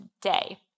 today